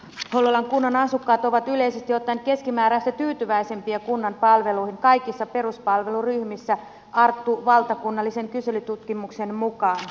hollolan kunnan asukkaat ovat yleisesti ottaen keskimääräistä tyytyväisempiä kunnan palveluihin kaikissa peruspalveluryhmissä valtakunnallisen kyselytutkimuksen artun mukaan